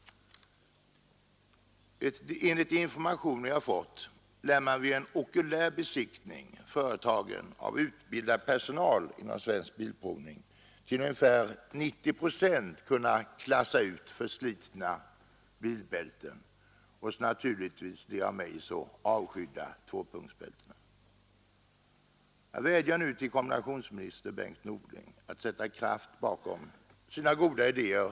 Enligt de informationer jag fått lär man vid en okulärbesiktning, företagen av utbildad personal inom Svensk bilprovning, till ungefär 90 procent kunna k bilbälten förutom naturligtvis de av mig så avskydda tvåpunktsbältena. Jag vädjar nu till kommunikationsminister Bengt Norling att sätta kraft bakom sina goda idéer.